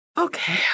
okay